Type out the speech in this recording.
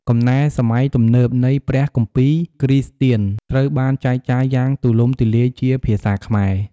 កំណែសម័យទំនើបនៃព្រះគម្ពីរគ្រីស្ទានត្រូវបានចែកចាយយ៉ាងទូលំទូលាយជាភាសាខ្មែរ។